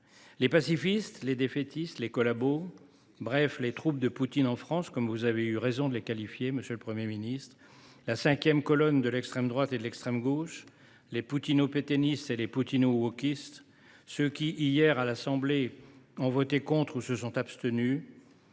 Les pacifistes, les défaitistes, les collabos, bref, les troupes de Poutine en France, comme vous avez eu raison de les qualifier, monsieur le Premier ministre, la cinquième colonne de l’extrême droite et de l’extrême gauche, les poutino pétainistes et les poutino wokistes, ceux qui hier, à l’Assemblée nationale, ont voté contre ou se sont abstenus,